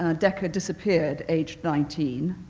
decca disappeared, age nineteen,